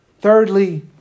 thirdly